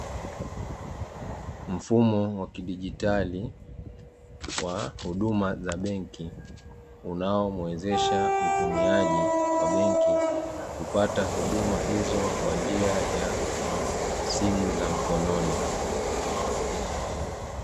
Mfumo wa kidigitali wa huduma za benki unaomuwezesha mtumiaji wa benki kupata huduma hizo kwa njia ya simu za mkononi.